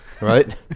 right